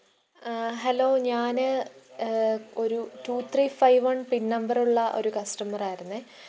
hello ഞാൻ ഒരു two three five one pin നമ്പറുള്ള ഒരു കസ്റ്റമറായിരുന്നു